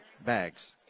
bags